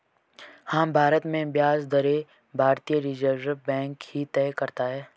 हाँ, भारत में ब्याज दरें भारतीय रिज़र्व बैंक ही तय करता है